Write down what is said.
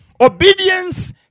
obedience